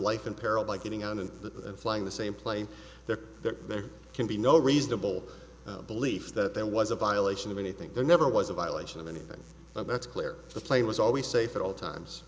life in peril by getting out of the flying the same plane there that there can be no reasonable belief that there was a violation of anything there never was a violation of anything that's clear the plane was always safe at all times